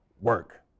work